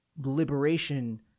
liberation